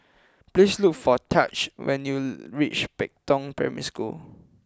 please look for Tahj when you reach Pei Tong Primary School